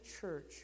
church